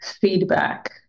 feedback